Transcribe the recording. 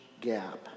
gap